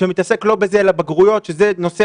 שעוסק לא בזה אלא בבגרויות שהן נושא